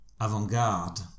avant-garde